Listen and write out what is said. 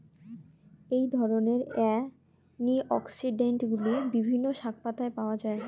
এই ধরনের অ্যান্টিঅক্সিড্যান্টগুলি বিভিন্ন শাকপাতায় পাওয়া য়ায়